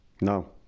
No